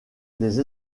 des